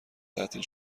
تعطیل